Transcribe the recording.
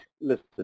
listed